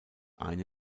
eine